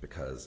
because